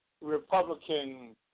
Republican